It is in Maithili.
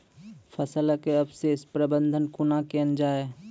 फसलक अवशेषक प्रबंधन कूना केल जाये?